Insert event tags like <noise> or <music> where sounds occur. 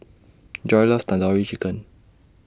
<noise> Joi loves Tandoori Chicken